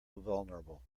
vulnerable